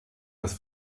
das